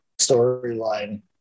storyline